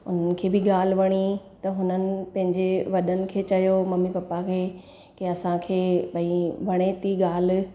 उन्हनि खे बि ॻाल्हि वणी त हुननि पंहिंजे वॾनि खे चयो मम्मी पप्पा खे की असांखे भई वणे थी ॻाल्हि